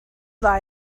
lie